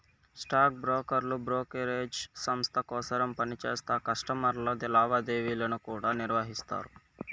stock బ్రోకర్లు brokerage సంస్త కోసరం పనిచేస్తా కస్టమర్ల లావాదేవీలను కూడా నిర్వహిస్తారు